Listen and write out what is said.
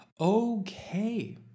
Okay